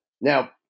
Now